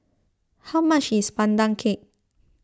how much is Pandan Cake